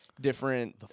different